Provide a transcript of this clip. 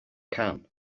can